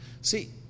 See